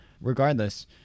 Regardless